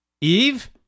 Eve